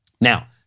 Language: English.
Now